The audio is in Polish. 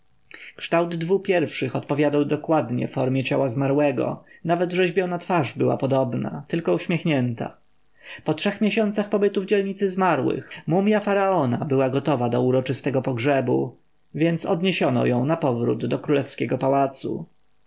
kształt dwu pierwszych odpowiadał dokładnie formie ciała zmarłego nawet rzeźbiona twarz była podobna tylko uśmiechnięta po trzech miesiącach pobytu w dzielnicy zmarłych mumja faraona była gotowa do uroczystego pogrzebu więc odniesiono ją napowrót do królewskiego pałacu